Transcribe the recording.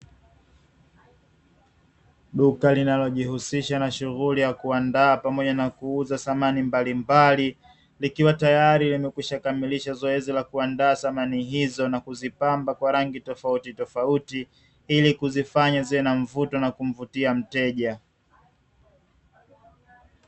Duka linalojihusisha na shughuli ya kuandaa pamoja na kuuza samani mbalimbali, likiwa tayari limekwisha kamilisha zoezi la kuandaa samani hizo na kuzipamba kwa rangi tofautitofauti. Ili kuzifanya ziwe na mvuto na kumvutia mteja.